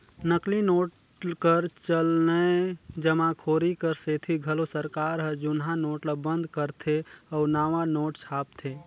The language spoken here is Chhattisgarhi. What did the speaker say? नकली नोट कर चलनए जमाखोरी कर सेती घलो सरकार हर जुनहा नोट ल बंद करथे अउ नावा नोट छापथे